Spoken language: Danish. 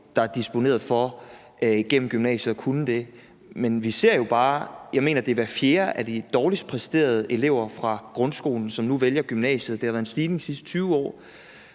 der er disponeret for igennem gymnasiet at kunne det. Men vi ser jo bare, at det er hver fjerde, mener jeg, af de dårligst præsterende elever fra grundskolen, som nu vælger gymnasiet. Det har været stigende de sidste 20 år.